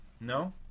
No